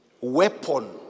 weapon